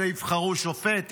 אלה יבחרו שופט,